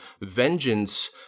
vengeance